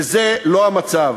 וזה לא המצב.